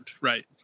right